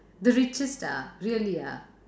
the richest ah really ah